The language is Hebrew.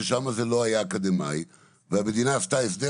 ששם זה לא היה אקדמאי והמדינה עשתה הסדר